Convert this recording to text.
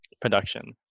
production